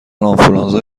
آنفولانزا